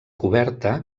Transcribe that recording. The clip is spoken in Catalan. coberta